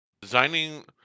Designing